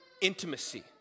intimacy